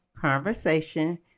conversation